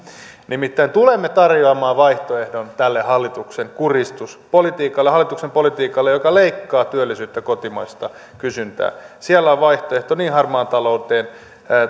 nimittäin tulemme tarjoamaan vaihtoehdon tälle hallituksen kurjistuspoliitikalle hallituksen politiikalle joka leikkaa työllisyyttä ja kotimaista kysyntää siellä on vaihtoehto harmaan talouden